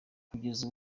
kugeza